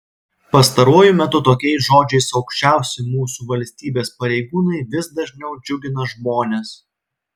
pastaruoju metu tokiais žodžiais aukščiausi mūsų valstybės pareigūnai vis dažniau džiugina žmones